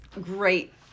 great